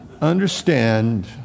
Understand